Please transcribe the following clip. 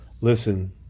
listen